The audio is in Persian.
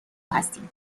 هستیم